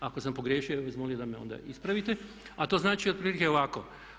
Ako sam pogriješio ja bih vas molio da me onda ispravite, a to znači otprilike ovako.